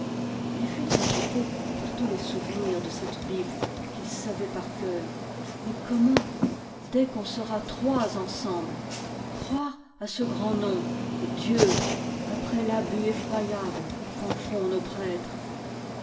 il fut agité par tous les souvenirs de cette bible qu'il savait par coeur mais comment dès qu'on sera trois ensemble croire à ce grand nom dieu après l'abus effroyable qu'en font nos prêtres